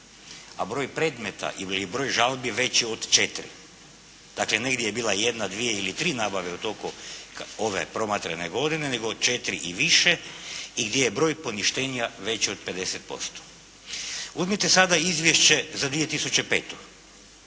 a broj predmeta ili broj žalbi veći od 4. Dakle, negdje je bila jedna, dvije ili tri nabave u toku ove promatrane godine nego 4 i više i gdje je broj poništenja veći od 50%. Uzmite sada izvješće za 2005.